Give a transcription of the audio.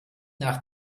nach